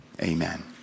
Amen